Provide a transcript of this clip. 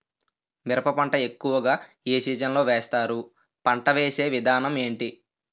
మిరప పంట ఎక్కువుగా ఏ సీజన్ లో వేస్తారు? పంట వేసే విధానం ఎంటి?